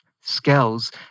skills